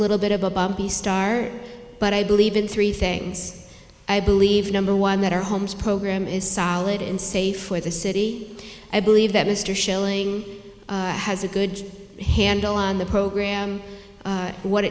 little bit of a bumpy start but i believe in three things i believe number one that our homes program is solid and safe for the city i believe that mr schilling has a good handle on the program what